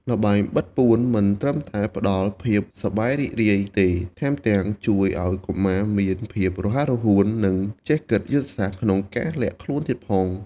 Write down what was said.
ល្បែងបិទពួនមិនត្រឹមតែផ្ដល់ភាពសប្បាយរីករាយទេ ថែមទាំងជួយឲ្យកុមារមានភាពរហ័សរហួន និងចេះគិតយុទ្ធសាស្ត្រក្នុងការលាក់ខ្លួនទៀតផង។